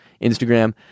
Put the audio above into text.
Instagram